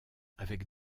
avec